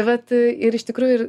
vat ir iš tikrųjų ir